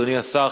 אדוני השר,